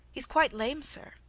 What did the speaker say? he's quite lame, sir.